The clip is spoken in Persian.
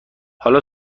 حالا